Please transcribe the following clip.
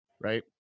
right